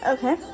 Okay